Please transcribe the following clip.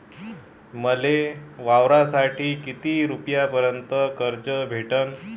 मले वावरासाठी किती रुपयापर्यंत कर्ज भेटन?